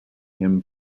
him